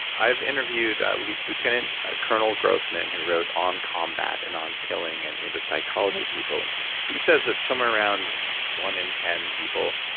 i've interviewed lieutenant colonel grossman, who wrote on combat, and on killing, and the psychology of people. and he says that somewhere around one in ten people,